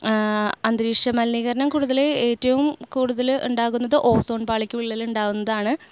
അന്തരീക്ഷ മലിനീകരണം കൂടുതൽ ഏറ്റവും കൂടുതൽ ഉണ്ടാകുന്നത് ഓസോൺ പാളിക്ക് വിള്ളൽ ഉണ്ടാകുന്നതാണ്